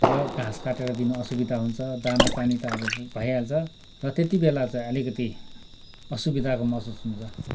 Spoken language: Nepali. र घाँस काटेर दिन असुविधा हुन्छ दाना पानी पनि त अब भइहाल्छ र त्यति बेला चै अलिकति असुविधाको महसुस हुन्छ